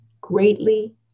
greatly